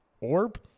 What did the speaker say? orb